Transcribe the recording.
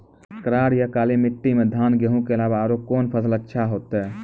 करार या काली माटी म धान, गेहूँ के अलावा औरो कोन फसल अचछा होतै?